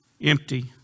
empty